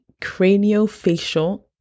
craniofacial